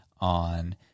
on